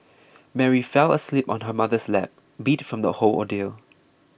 Mary fell asleep on her mother's lap beat from the whole ordeal